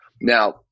Now